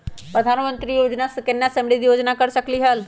प्रधानमंत्री योजना सुकन्या समृद्धि योजना कर सकलीहल?